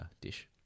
dish